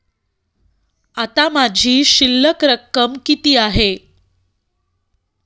आता माझी शिल्लक रक्कम किती आहे?